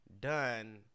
done